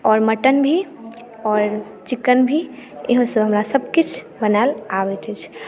आओर मटन भी आओर चिकेन भी इहो सब हमरा सब किछु बनाबय लेल आबैत अछि